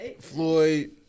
Floyd